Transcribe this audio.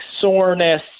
soreness